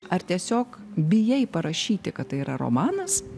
ar tiesiog bijai parašyti kad tai yra romanas